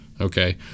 okay